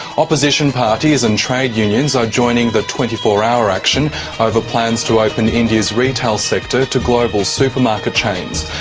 opposition parties and trade unions are joining the twenty four hour action ah over plans to open india's retail sector to global supermarket chains.